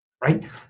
right